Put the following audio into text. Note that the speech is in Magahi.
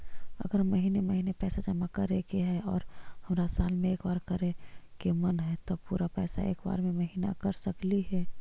अगर महिने महिने पैसा जमा करे के है और हमरा साल में एक बार करे के मन हैं तब पुरा पैसा एक बार में महिना कर सकली हे?